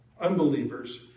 Unbelievers